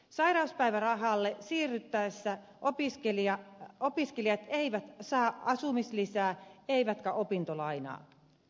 sairauspäivärahalle siirtyessä opiskelijat eivät saa asumislisää eivätkä opintolainaa